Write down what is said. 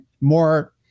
more